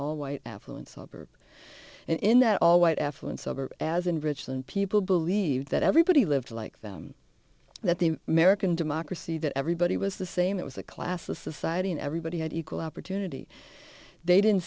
all white affluent suburbs and in that all white affluent suburb as in ridgeland people believe that everybody lived like that the american democracy that everybody was the same it was a classless society and everybody had equal opportunity they didn't